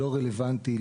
לא רלוונטי,